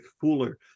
cooler